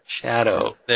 shadow